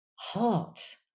heart